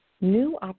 new